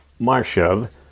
Marshev